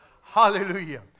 Hallelujah